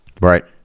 right